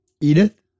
Edith